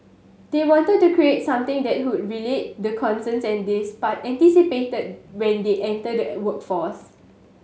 they wanted to create something that would relate the concerns they anticipated when they entered the workforce